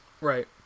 Right